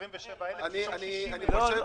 27,000 מתוך 60,000. לא.